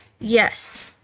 yes